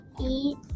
eat